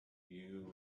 you